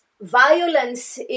violence